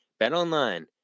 BetOnline